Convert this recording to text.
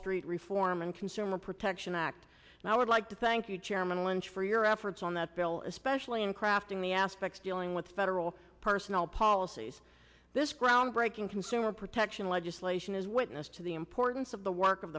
street reform and consumer protection act and i would like to thank you chairman lynch for your efforts on that bill especially in crafting the aspects dealing with federal personnel policies this groundbreaking consumer protection legislation is witness to the importance of the work of